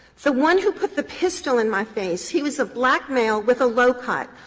the one who put the pistol in my face. he was a black male with a low cut,